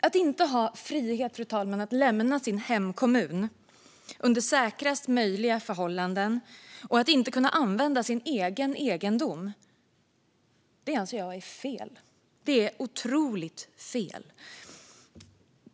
Att inte ha frihet att lämna sin hemkommun under säkraste möjliga förhållanden och att inte kunna använda sin egen egendom anser jag vara otroligt fel.